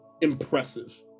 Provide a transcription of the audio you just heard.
impressive